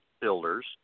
Builders